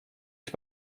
się